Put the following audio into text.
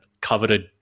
coveted